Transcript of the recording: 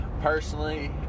personally